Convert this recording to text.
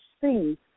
see